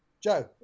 Joe